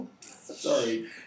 Sorry